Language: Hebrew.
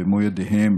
במו ידיהם,